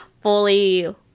fully